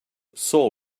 saul